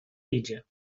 idzie